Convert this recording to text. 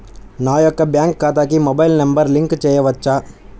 నా యొక్క బ్యాంక్ ఖాతాకి మొబైల్ నంబర్ లింక్ చేయవచ్చా?